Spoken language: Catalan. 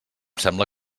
sembla